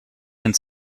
ins